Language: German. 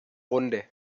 runde